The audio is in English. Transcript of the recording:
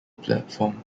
platform